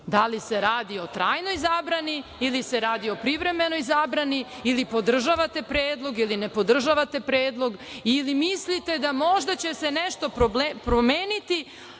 da li se radi o trajnoj zabrani ili se radi o privremenoj zabrani ili podržavate predlog ili ne podržavate predlog ili mislite da možda će se nešto promeniti